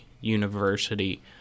University